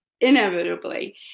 inevitably